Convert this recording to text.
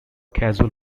casual